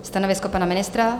Stanovisko pana ministra?